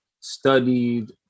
studied